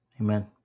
Amen